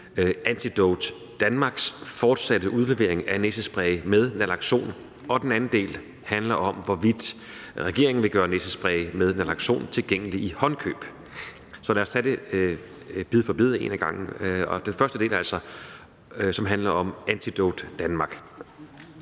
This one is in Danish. Antidote Danmarks fortsatte udlevering af næsespray med naloxon, og den anden del handler om, hvorvidt regeringen vil gøre næsespray med naloxon tilgængelig i håndkøb. Så lad os tage det bid for bid, en ad gangen. Og den første del handler altså om Antidote Danmark.